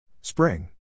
Spring